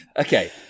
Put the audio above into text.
okay